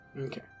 Okay